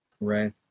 Right